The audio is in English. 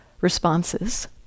responses